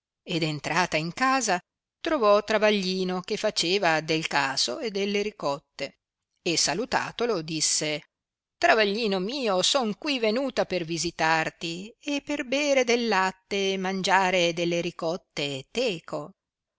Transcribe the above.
ed entrata in casa trovò travaglino che faceva del caso e delle ricotte e salutatolo disse travaglino mio son qui venuta per visitarti e per bere del latte e mangiare delle ricotte teco